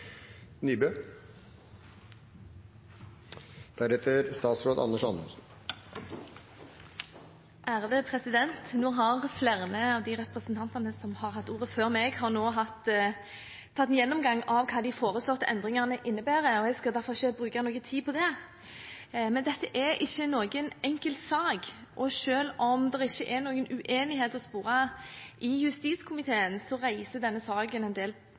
flere av de representantene som har hatt ordet før meg, hatt en gjennomgang av hva de foreslåtte endringene innebærer, og jeg skal derfor ikke bruke noe tid på det. Men dette er ikke noen enkel sak, og selv om det ikke er noen uenighet å spore i justiskomiteen, reiser denne saken en del